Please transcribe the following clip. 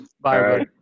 Bye